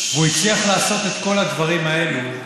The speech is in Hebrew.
הוא הצליח לעשות את כל הדברים האלו,